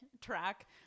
track